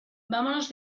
vámonos